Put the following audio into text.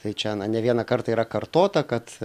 tai čia na ne vieną kartą yra kartota kad